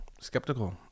skeptical